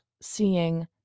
seeing